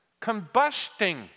combusting